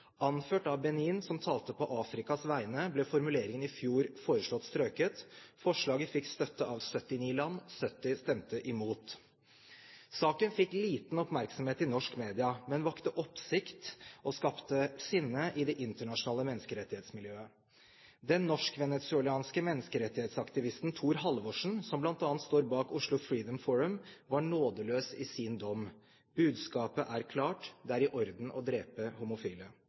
Anført av Benin, som talte på Afrikas vegne, ble formuleringen i fjor foreslått strøket. Forslaget fikk støtte av 79 land, 70 stemte imot. Saken fikk lite oppmerksomhet i norske medier, men vakte oppsikt og skapte sinne i internasjonale menneskerettighetsmiljøer. Den norsk-venezuelanske menneskerettighetsaktivisten Thor Halvorssen, som bl.a. står bak Oslo Freedom Forum, var nådeløs i sin dom: Budskapet er klart: Det er i orden å drepe homofile.